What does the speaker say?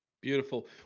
Beautiful